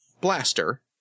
blaster